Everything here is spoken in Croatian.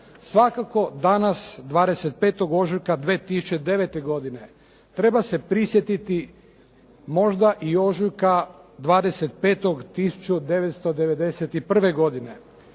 Svakako danas 25. ožujka 2009. godine treba se prisjetiti možda i 25. ožujka 1991. godine,